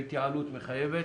וההתייעלות מחייבת,